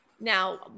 now